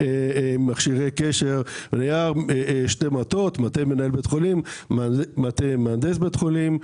יש מכשירי קשר במטה מנהל בית חולים ובמטה מהנדס בית חולים.